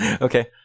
Okay